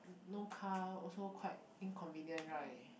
no car also quite inconvenient right